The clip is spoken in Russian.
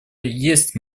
есть